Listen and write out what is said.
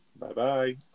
Bye-bye